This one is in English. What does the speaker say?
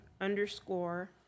underscore